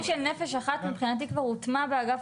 התקציב של "נפש אחת" מבחינתי כבר הוטמע באגף